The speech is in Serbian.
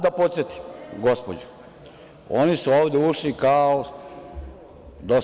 Da podsetim gospođu, oni su ovde ušli kao DJB.